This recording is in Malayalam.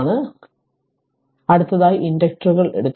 അതിനാൽ അടുത്തതായി ഇൻഡക്റ്ററുകൾ എടുക്കും